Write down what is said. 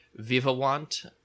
Vivawant